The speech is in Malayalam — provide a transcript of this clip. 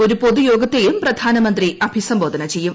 ഒരു പൊതുയോഗത്തെയും പ്രധാനമന്ത്രി അഭിസംബോധന ചെയ്യും